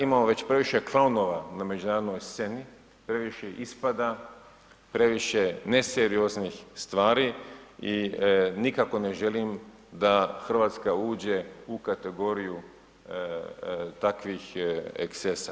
Imamo već previše klaunova na međunarodnoj sceni, previše ispada, previše ne serioznih stvari i nikako ne želim da Hrvatska uđe u kategoriju takvih ekscesa.